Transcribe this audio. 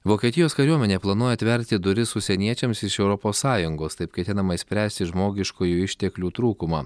vokietijos kariuomenė planuoja atverti duris užsieniečiams iš europos sąjungos taip ketinama išspręsti žmogiškųjų išteklių trūkumą